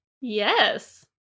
Yes